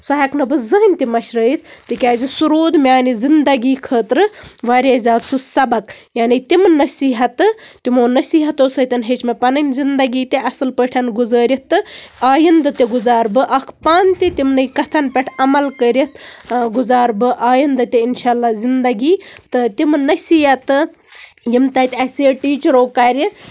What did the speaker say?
سُہ ہیٚکہٕ نہٕ بہٕ زٕہٕنٛے تہِ مَشرٲوِتھ تِکیٛازِ سُہ روٗد میٛانہِ زِنٛدگی خٲطرٕ واریاہ زیادٕ سُہ سَبَق یانے تِم نٔصیٖحتہٕ تِمو نٔصیٖحتو سۭتۍ ہیٚچ مےٚ پَنٕنۍ زِنٛدگی تہِ اَصٕل پٲٹھۍ گُزٲرِتھ تہٕ آیِنٛدٕ تہِ گُزارٕ بہٕ اکھ پانہٕ تہِ تِمنٕے کَتھن پیٚٹھ عمَل کٔرِتھ گُزارٕ بہٕ آیِنٛدٕ تہِ اِنشاللہ زِنٛدگی تہٕ تِمہٕ نٔصیٖحتہٕ یِم اَسہِ تَتہِ ٹیٖچرو کَرِ